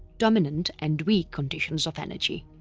dominant and weak conditions of energy.